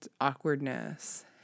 awkwardness